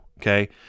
okay